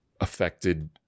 affected